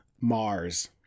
Mars